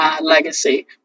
legacy